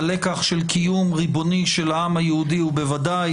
הלקח של קיום ריבוני של העם היהודי הוא בוודאי